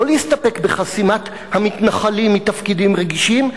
לא להסתפק בחסימת המתנחלים מתפקידים רגישים.